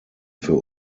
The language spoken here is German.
für